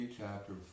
Chapter